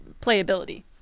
playability